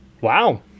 Wow